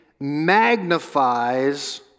magnifies